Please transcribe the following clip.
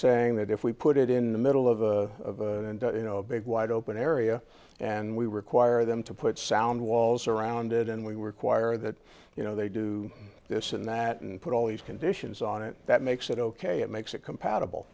saying that if we put it in the middle of a you know a big wide open area and we require them to put sound walls around it and we were choir that you know they do this and that and put all these conditions on it that makes it ok it makes it compatible